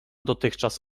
dotychczas